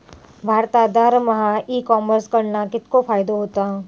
भारतात दरमहा e commerce कडणा कितको फायदो होता?